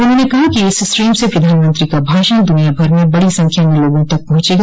उन्होंने कहा कि इस स्ट्रीम से प्रधानमंत्री का भाषण दुनियाभर में बड़ी संख्या में लोगों तक पहुंचेगा